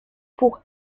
pour